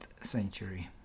century